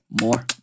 More